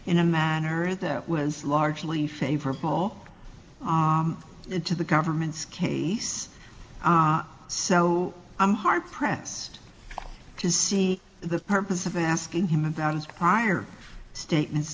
in a manner that was largely favorable into the government's case so i'm hard pressed to see the purpose of asking him about his prior statements